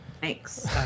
Thanks